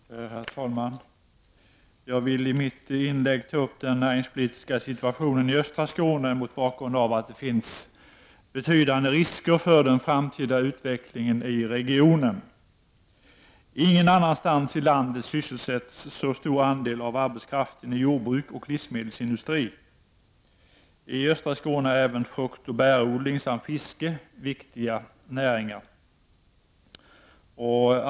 Herr talman! Jag vill i mitt inlägg ta upp den näringspolitiska situation som föreligger i östra Skåne och gör detta mot bakgrund av att det finns betydande risker för den framtida utvecklingen i regionen. Ingen annanstans i landet sysselsätts så stor andel av arbetskraften i jordbruk och livsmedelsindustri. I östra Skåne är även fruktoch bärodling samt fiske viktiga näringar.